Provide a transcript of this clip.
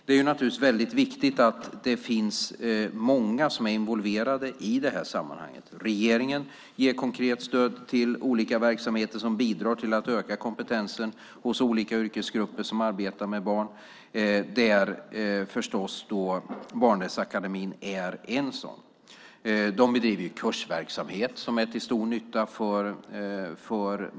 Det är naturligtvis viktigt att det finns många som är involverade i det här sammanhanget. Regeringen ger konkret stöd till olika verksamheter som bidrar till att öka kompetensen hos olika yrkesgrupper som arbetar med barn. Barnrättsakademin är förstås en sådan. De bedriver kursverksamhet som är till stor nytta för många.